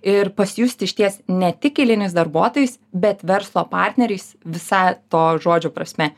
ir pasijusti išties ne tik eiliniais darbuotojais bet verslo partneriais visa to žodžio prasme